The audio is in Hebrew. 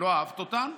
שלא אהבת אותן,